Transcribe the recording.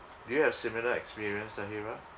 do you have similar experience tahira